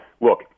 Look